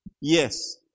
Yes